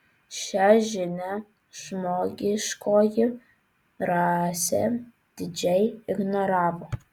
šią žinią žmogiškoji rasė didžiai ignoravo